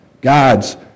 God's